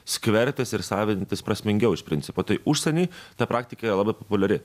skverbtis ir savintis prasmingiau iš principo tai užsieny ta praktika yra labai populiari